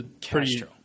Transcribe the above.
Castro